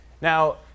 Now